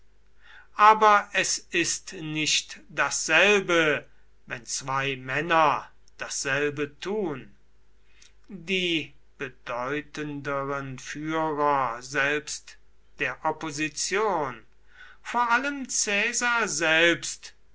aber es ist nicht dasselbe wenn zwei männer dasselbe tun die bedeutenderen führer selbst der opposition vor allem caesar selbst